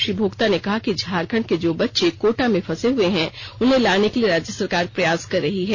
श्री भोक्ता ने कहा कि झारखंड के जो बच्चे कोटा में फंसे हुए हैं उन्हें लाने के लिए राज्य सरकार प्रयास कर रही हैं